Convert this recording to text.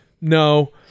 no